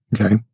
Okay